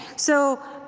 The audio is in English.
so